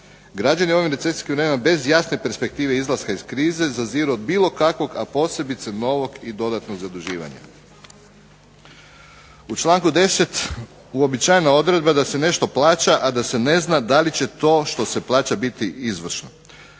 Građani u ovo recesijsko vrijeme bez jasne perspektive izlaska iz krize zaziru od bilo kakvog, a posebice novog i dodatnog zaduživanja. U članku 10. uobičajena odredba da se nešto plaća, a da se ne zna da li će to što se plaća biti izvršno,